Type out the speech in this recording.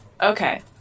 okay